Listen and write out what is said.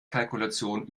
kalkulation